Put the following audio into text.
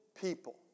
people